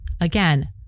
Again